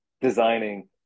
designing